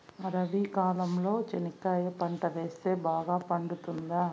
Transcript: రబి కాలంలో చెనక్కాయలు పంట వేస్తే బాగా పండుతుందా?